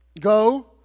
go